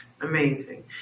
Amazing